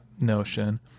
notion